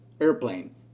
airplane